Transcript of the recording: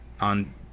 on